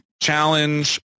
challenge